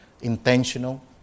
intentional